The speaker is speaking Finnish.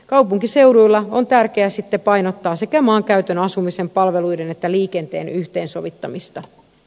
kaupunkiseuduilla on tärkeää sitten painottaa sekä maankäytön asumisen palveluiden että liikenteen yhteensovittamista